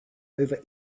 over